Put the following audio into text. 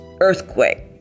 earthquake